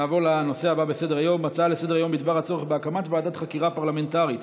נעבור להצעה לסדר-היום בנושא: הצורך בהקמת ועדת חקירה פרלמנטרית